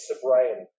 sobriety